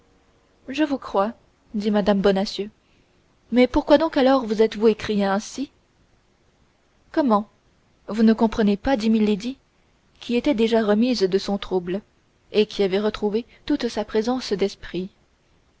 je vous crois dit mme bonacieux mais pourquoi donc alors vous êtes-vous écriée ainsi comment vous ne comprenez pas dit milady qui était déjà remise de son trouble et qui avait retrouvé toute sa présence d'esprit